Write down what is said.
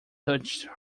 touched